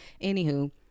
Anywho